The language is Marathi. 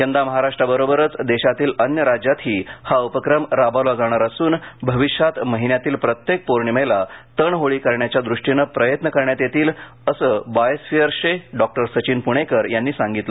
यंदा महाराष्ट्राबरोबरच देशातील अन्य राज्यातही हा उपक्रम राबवला जाणार असून भविष्यात महिन्यातील प्रत्येक पौर्णिमेला तण होळी करण्याच्या दृष्टीनं प्रयत्न करण्यात येतील असं बायोस्फिअर्सचे डॉक्टर सचिन पुणेकर यांनी सांगितलं